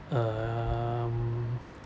um